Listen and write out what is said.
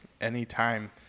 Anytime